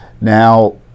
Now